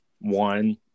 one